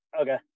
Okay